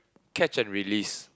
catch and release